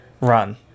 run